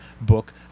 book